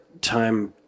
time